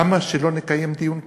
למה שלא נקיים דיון כזה?